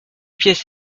pièces